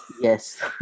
Yes